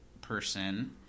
person